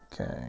Okay